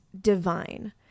divine